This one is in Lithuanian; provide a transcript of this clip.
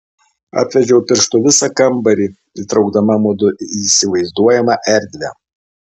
apvedžiau pirštu visą kambarį įtraukdama mudu į įsivaizduojamą erdvę